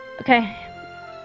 Okay